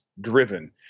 driven